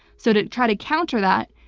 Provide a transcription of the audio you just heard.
so to try to counter that,